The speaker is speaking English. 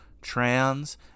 trans